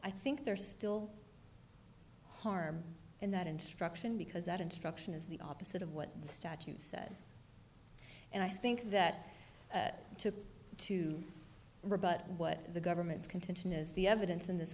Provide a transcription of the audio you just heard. i think there still harm in that instruction because that instruction is the opposite of what the statute says and i think that to to rebut what the government's contention is the evidence in this